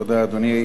תודה, אדוני.